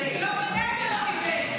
לא מיניה ולא מביה.